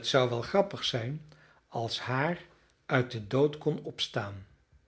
t zou wel grappig zijn als haar uit den dood kon opstaan